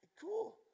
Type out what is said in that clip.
Cool